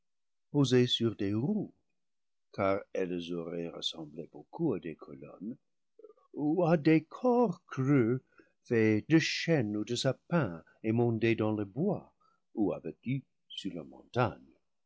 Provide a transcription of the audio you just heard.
sur des roues car elles auraient ressemblé beaucoup à des colonnes ou à des corps creux faits de chêne ou de sapin émondé dans le bois ou abattu sur la montagne